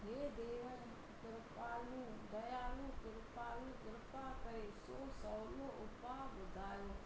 हे देव कृपालु दयालु कृपालु कृपा करे को सहुलो उपाए ॿुधायो